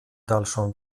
dalszą